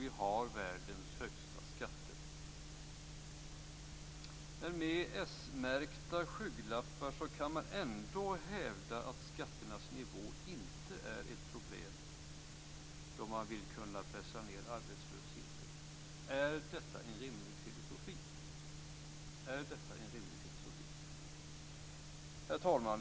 Vi har världens högsta skatter. Med s-märkta skygglappar kan man ändå hävda att skatternas nivå inte är ett problem då man vill kunna pressa ned arbetslösheten. Är detta en rimlig filosofi? Herr talman!